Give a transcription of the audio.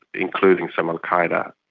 including some al qaeda,